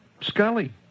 Scully